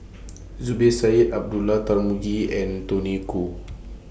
Zubir Said Abdullah Tarmugi and Tony Khoo